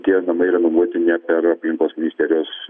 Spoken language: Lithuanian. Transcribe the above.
tie namai renovuoti ne per aplinkos ministerijos